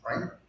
right